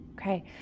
Okay